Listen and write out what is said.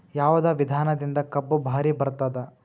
ಯಾವದ ವಿಧಾನದಿಂದ ಕಬ್ಬು ಭಾರಿ ಬರತ್ತಾದ?